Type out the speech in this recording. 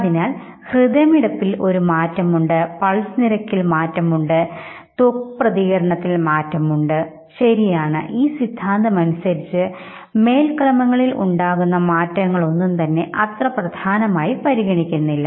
അതിനാൽ ഹൃദയമിടിപ്പിൽ ഒരു മാറ്റമുണ്ട് പൾസ് നിരക്കിൽ ഒരു മാറ്റമുണ്ട് ഗാൽവാനിക് ത്വക്ക് പ്രതികരണത്തിൽഒരു മാറ്റമുണ്ട്ശരിയാണ് ഈ സിദ്ധാന്തമനുസരിച്ച് മേൽ ക്രമങ്ങളിൽ ഉണ്ടാകുന്ന മാറ്റങ്ങളൊന്നും ഒന്നും അത്ര പ്രധാനമായി പരിഗണിക്കുന്നില്ല